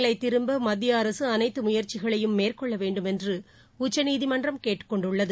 நிலைதிரும்பமத்திய அரசு அனைத்துமுயற்சிகளையும் மேற்கொள்ளவேண்டும் என்றுஉச்சநீதிமன்றம் கேட்டுக்கொண்டுள்ளது